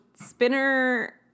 Spinner